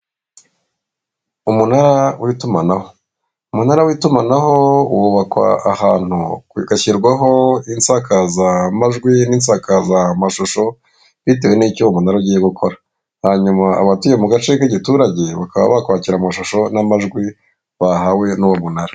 Umunara w'itumanaho. Umunara w'itumanaho wubakwa ahantu, ugashyirwaho insakazamajwi n'insakazamashusho bitewe n'icyo uwo munara ugiye gukora, hanyuma abatuye mu gace k'igiturage, bakaba bakwakira amashusho n'amajwi bahawe n'uwo munara.